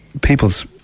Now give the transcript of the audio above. people's